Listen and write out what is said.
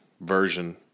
version